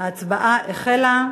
ההצבעה החלה.